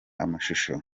amashusho